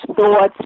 thoughts